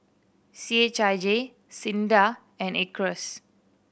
C H I J SINDA and Acres